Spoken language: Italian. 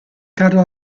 carro